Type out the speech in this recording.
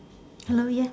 hello yes